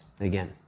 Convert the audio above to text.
again